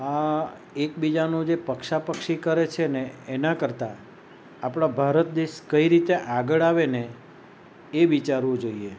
આ એકબીજાનું જે પક્ષા પક્ષી કરે છેને એના કરતાં આપણો ભારત દેશ કઈ રીતે આગળ આવે ને એ વિચારવું જોઈએ